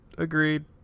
Agreed